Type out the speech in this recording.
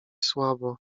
słabo